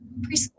preschool